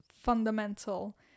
fundamental